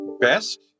best